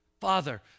Father